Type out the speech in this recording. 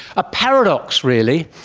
a paradox really.